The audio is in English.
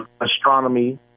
astronomy